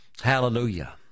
hallelujah